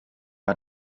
war